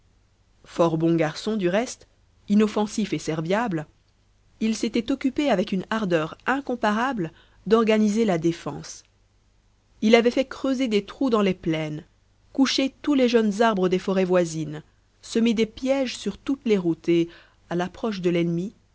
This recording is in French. fort bon garçon du reste inoffensif et serviable il s'était occupé avec une ardeur incomparable d'organiser la défense il avait fait creuser des trous dans les plaines coucher tous les jeunes arbres des forêts voisines semé des pièges sur toutes les routes et à l'approche de l'ennemi